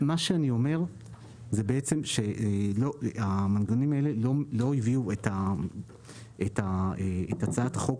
מה שאני אומר זה שהמנגנונים האלה לא הביאו את הצעת החוק